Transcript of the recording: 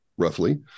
roughly